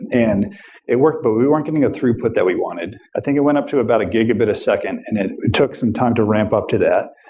and it worked, but we weren't getting a throughput that we wanted. i think it went up about a gigabit a second and it it took some time to ramp up to that.